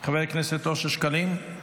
חבר הכנסת אושר שקלים,